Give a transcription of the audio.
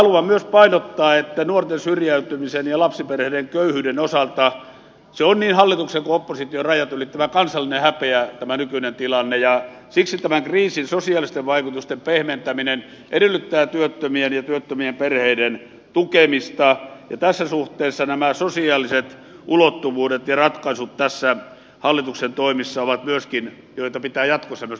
haluan myös painottaa että nuorten syrjäytymisen ja lapsiperheiden köyhyyden osalta tämä nykyinen tilanne on niin hallituksen kuin opposition rajat ylittävä kansallinen häpeä ja siksi tämän kriisin sosiaalisten vaikutusten pehmentäminen edellyttää työttömien ja työttömien perheiden tukemista ja tässä suhteessa nämä sosiaaliset ulottuvuudet ja ratkaisut näissä hallituksen toimissa ovat niitä joita pitää jatkossa myös painottaa